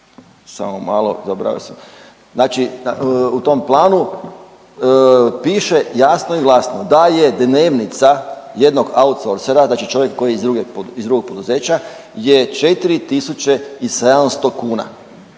sam, znači u tom Planu piše jasno i glasno da je dnevnica jednog outsourcera, znači čovjek koji je iz drugog poduzeća je 4700 kuna.